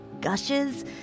gushes